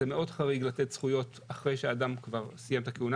זה מאוד חריג לתת זכויות אחרי שאדם כבר סיים את הכהונה